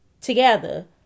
together